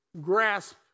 grasp